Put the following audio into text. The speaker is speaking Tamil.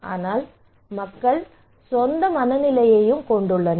ஆனால் மக்கள் தங்கள் சொந்த மனநிலையையும் கொண்டுள்ளனர்